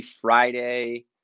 Friday